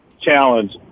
challenge